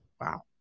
wow